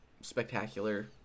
spectacular